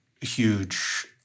huge